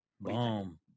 Boom